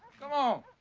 come on.